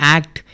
Act